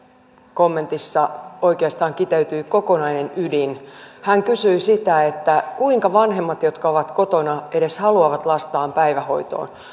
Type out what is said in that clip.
kommentissa oikeastaan kiteytyy kokonainen ydin hän kysyi sitä kuinka vanhemmat jotka ovat kotona edes haluavat lastaan päivähoitoon